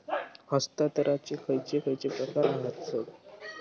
हस्तांतराचे खयचे खयचे प्रकार आसत?